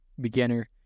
beginner